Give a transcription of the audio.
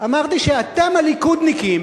שאתם הליכודניקים,